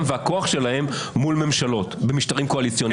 והכוח שלהם מול ממשלות במשטרים קואליציוניים.